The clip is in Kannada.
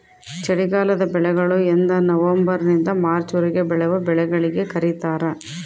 ಚಳಿಗಾಲದ ಬೆಳೆಗಳು ಎಂದನವಂಬರ್ ನಿಂದ ಮಾರ್ಚ್ ವರೆಗೆ ಬೆಳೆವ ಬೆಳೆಗಳಿಗೆ ಕರೀತಾರ